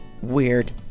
weird